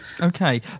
Okay